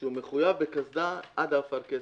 שמחויב בקסדה עד האפרכסת.